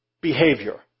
behavior